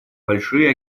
большие